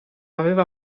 aveva